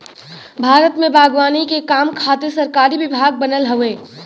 भारत में बागवानी के काम खातिर सरकारी विभाग बनल हउवे